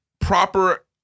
proper